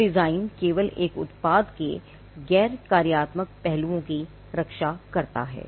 तो डिजाइन केवल एक उत्पाद के गैर कार्यात्मक पहलुओं की रक्षा करता है